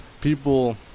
people